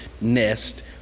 nest